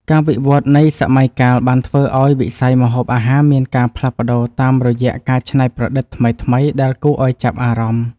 ការវិវឌ្ឍនៃសម័យកាលបានធ្វើឱ្យវិស័យម្ហូបអាហារមានការផ្លាស់ប្តូរតាមរយៈការច្នៃប្រឌិតថ្មីៗដែលគួរឱ្យចាប់អារម្មណ៍។